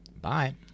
Bye